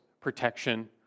protection